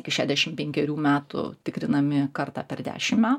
iki šešiasdešimt penkerių metų tikrinami kartą per dešimt metų